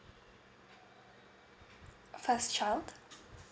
first child